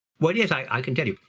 well yes, i can tell you.